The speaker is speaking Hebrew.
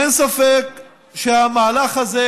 אין ספק שהמהלך הזה,